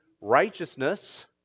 righteousness